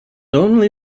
only